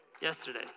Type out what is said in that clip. Yesterday